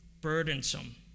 burdensome